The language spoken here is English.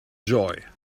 joy